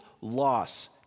loss